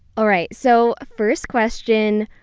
alright, so, first question,